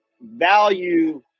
value